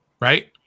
right